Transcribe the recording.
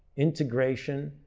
integration,